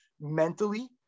mentally